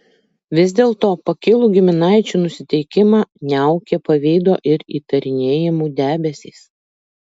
vis dėlto pakilų giminaičių nusiteikimą niaukė pavydo ir įtarinėjimų debesys